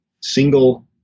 single